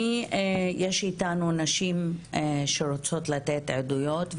נמצאות איתנו נשים שרוצות לתת עדויות,